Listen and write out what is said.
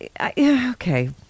okay